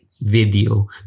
video